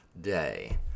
day